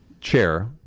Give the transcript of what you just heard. chair